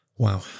Wow